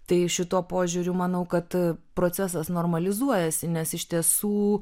tai šituo požiūriu manau kad procesas normalizuojasi nes iš tiesų